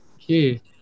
Okay